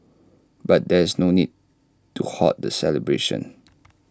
but there is no need to halt the celebrations